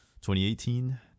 2018